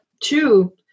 Two